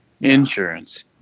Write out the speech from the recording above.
Insurance